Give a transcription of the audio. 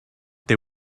they